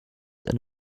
and